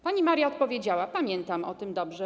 Pani Maria odpowiedziała: Pamiętam o tym dobrze.